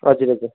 हजुर हजुर